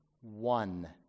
one